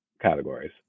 categories